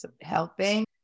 helping